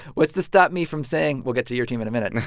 what's to stop me from saying we'll get to your team in a minute. and